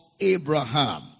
Abraham